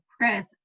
Chris